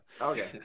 Okay